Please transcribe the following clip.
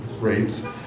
rates